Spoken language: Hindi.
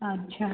अच्छा